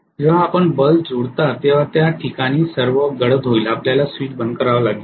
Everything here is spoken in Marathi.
जेव्हा आपले बल्ब जुळतात तेव्हा त्या ठिकाणी सर्व गडद होईल आपल्याला स्विच बंद करावा लागेल